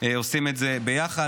עושים את זה ביחד,